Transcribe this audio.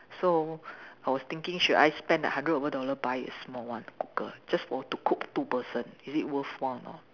so I was thinking should I spend that hundred over dollar buy a small one cooker just for to cook two person is it worthwhile or not